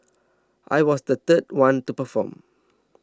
I was the third one to perform